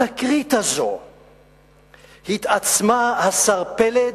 התקרית הזאת התעצמה, השר פלד,